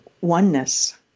oneness